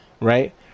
right